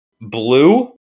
blue